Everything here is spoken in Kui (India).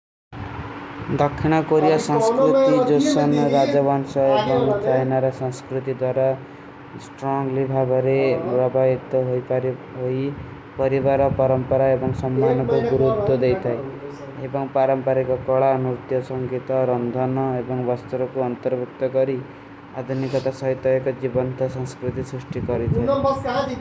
ଦଖନା କୋରିଯା ସଂସ୍କୃତି ଜୋ ସନ ରାଜଵାନସାଏଵଂ ଚାହିନାରା ସଂସ୍କୃତି ଦର ସ୍ଟ୍ରଂଗ୍ଲୀ ଭାଵରେ ରଭାଯତ ହୋଈ ପରିଵାରା। ପରଂପରା ଏବଂ ସମ୍ମାନ ଵୋ ଗୁରୁଦ୍ଧୋ ଦେଥାଈ। ଏବଂ ପରଂପାରେ କା କଡା, ନୁର୍ତ୍ଯା, ସଂଗୀତା। ରଂଧାନା ଏବଂ ଵସ୍ତରୋ କୋ ଅଂତରଵୁତ୍ଯ କରୀ, ଅଦନୀ ଗତା ସାହିତା ଏକ ଜିଵନତା ସଂସ୍କୃତି ସୁଷ୍ଟୀ କରୀ ଥେ।